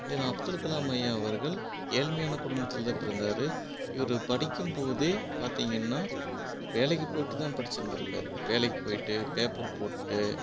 இதில் அப்துல்கலாம் ஐயா அவர்கள் ஏழ்மையான குடும்பத்தில் பிறந்தார் இவர் படிக்கும்போதே பார்த்தீங்கன்னா வேலைக்கு போயிகிட்டு தான் படிச்சிருந்துருக்கார் வேலைக்கு போயிட்டு பேப்பர் போட்டு